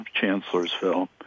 Chancellorsville